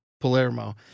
palermo